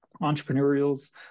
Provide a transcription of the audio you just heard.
entrepreneurs